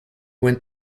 went